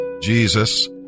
Jesus